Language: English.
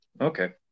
Okay